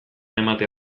ematea